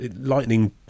lightning